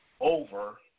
over